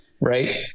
right